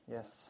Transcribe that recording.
Yes